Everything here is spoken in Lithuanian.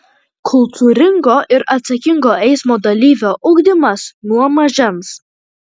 kultūringo ir atsakingo eismo dalyvio ugdymas nuo mažens